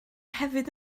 hefyd